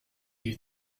you